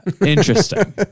interesting